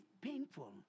painful